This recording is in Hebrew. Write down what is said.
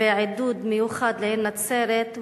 ועידוד מיוחד לעיר נצרת,